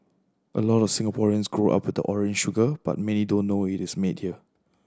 a lot of Singaporeans grow up the orange sugar but many don't know it is made here